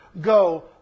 go